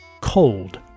Cold